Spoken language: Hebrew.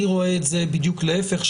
אני רואה את זה בדיוק להפך,